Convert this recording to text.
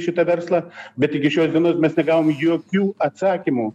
šitą verslą bet iki šios dienos mes negavom jokių atsakymų